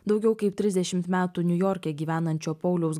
daugiau kaip trisdešimt metų niujorke gyvenančio pauliaus